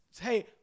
hey